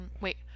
wait